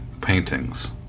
paintings